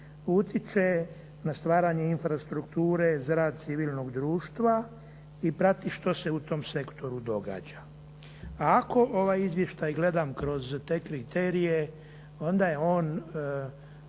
utječe na stvaranje infrastrukture za rad civilnog društva i prati što se u tom sektoru događa. Ako ovaj izvještaj gledam kroz te kriterije, onda je on